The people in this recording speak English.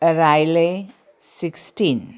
riley sixteen